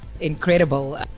incredible